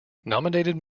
nominated